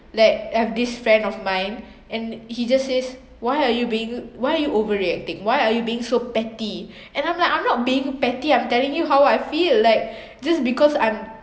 like I have this friend of mine and he just says why are you being why are you overreacting why are you being so petty and I'm like I'm not being petty I'm telling you how I feel like just because I'm